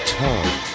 tongue